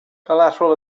collateral